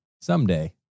someday